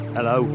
Hello